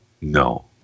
no